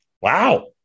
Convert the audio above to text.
Wow